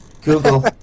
Google